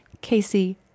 Casey